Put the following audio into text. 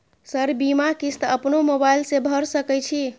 Sir बीमा किस्त अपनो मोबाईल से भर सके छी?